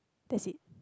that's it